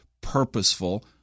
purposeful